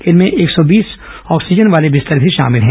इनमें एक सौ बीस ऑक्सीजन वाले बिस्तर भी शामिल हैं